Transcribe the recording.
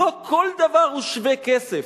לא כל דבר הוא שווה-כסף,